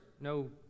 no